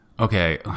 Okay